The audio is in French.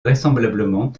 vraisemblablement